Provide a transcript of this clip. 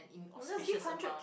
you just give hundred